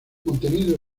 contenido